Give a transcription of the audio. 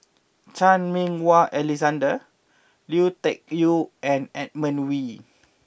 Chan Meng Wah Alexander Lui Tuck Yew and Edmund Wee